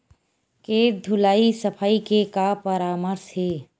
के धुलाई सफाई के का परामर्श हे?